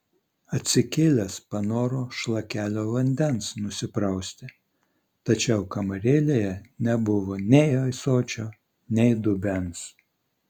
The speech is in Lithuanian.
atsikėlęs panoro šlakelio vandens nusiprausti tačiau kamarėlėje nebuvo nei ąsočio nei dubens